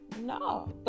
no